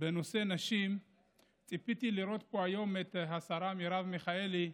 בנושא נשים ציפיתי לראות פה היום את השרה מרב מיכאלי,